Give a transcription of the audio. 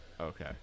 Okay